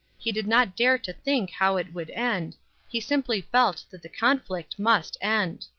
he did not dare to think how it would end he simply felt that the conflict must end.